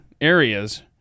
areas